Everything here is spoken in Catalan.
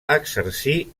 exercir